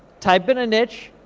type in a niche,